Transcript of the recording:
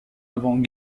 avant